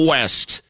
West